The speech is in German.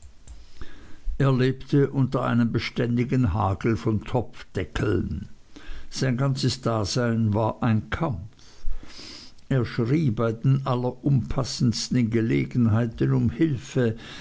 lebte unter einem beständigen hagel von topfdeckeln sein ganzes dasein war ein kampf er schrie bei den allerunpassendsten gelegenheiten um hilfe